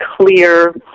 clear